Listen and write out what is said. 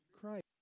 Christ